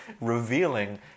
revealing